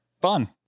Fun